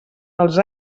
dels